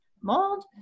Mold